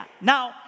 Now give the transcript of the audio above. Now